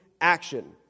action